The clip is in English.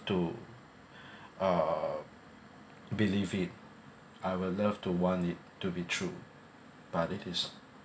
to uh believe it I will love to want it to be true but it is